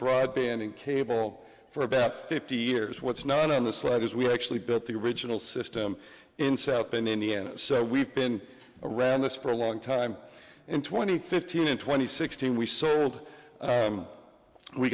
broadband and cable for bet fifty years what's not on the side as we actually built the original system in south bend indiana so we've been around this for a long time in twenty fifteen twenty sixteen we sold